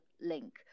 link